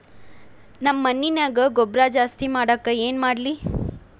ನಮ್ಮ ಮಣ್ಣಿನ್ಯಾಗ ಗೊಬ್ರಾ ಜಾಸ್ತಿ ಮಾಡಾಕ ಏನ್ ಮಾಡ್ಲಿ?